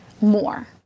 more